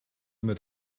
mit